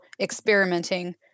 experimenting